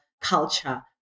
culture